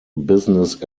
business